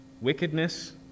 wickedness